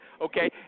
Okay